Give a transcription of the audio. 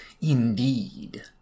Indeed